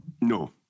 No